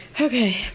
Okay